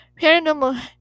paranormal